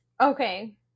Okay